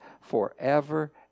forever